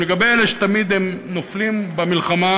לגבי אלה שתמיד נופלים במלחמה,